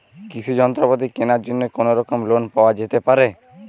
কৃষিযন্ত্রপাতি কেনার জন্য কোনোরকম লোন পাওয়া যেতে পারে?